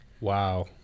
Wow